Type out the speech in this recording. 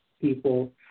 People